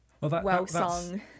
well-sung